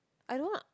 I don't lah